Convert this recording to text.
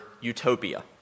utopia